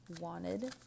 wanted